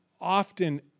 often